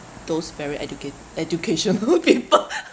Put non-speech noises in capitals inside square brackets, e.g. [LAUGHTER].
those very educate~ educational [LAUGHS] people [LAUGHS]